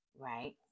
right